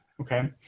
Okay